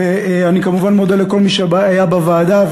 ואני כמובן מודה לכל מי שהיה בוועדה,